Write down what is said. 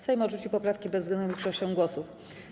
Sejm odrzucił poprawki bezwzględną większością głosów.